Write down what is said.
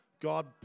God